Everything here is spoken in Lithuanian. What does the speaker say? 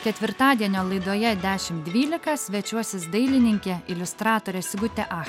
ketvirtadienio laidoje dešimt dvylika svečiuosis dailininkė iliustratorė sigutė ach